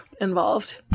involved